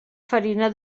farina